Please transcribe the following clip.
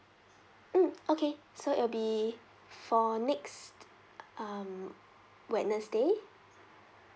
mm okay so it'll be for next um wednesday